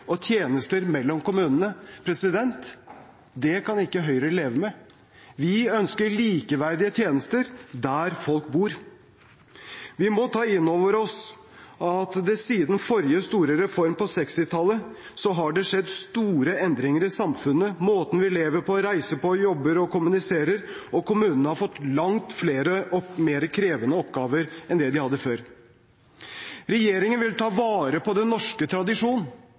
likeverdige tjenester, der folk bor. Vi må ta inn over oss at siden forrige store reform på 1960-tallet har det skjedd store endringer i samfunnet – måten vi lever på, reiser på, jobber på og kommuniserer på – og kommunene har fått langt flere og mer krevende oppgaver enn de hadde før. Regjeringen vil ta vare på den norske tradisjonen